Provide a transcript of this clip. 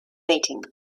meeting